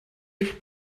ich